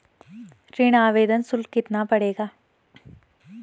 ऋण आवेदन शुल्क कितना पड़ेगा?